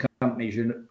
companies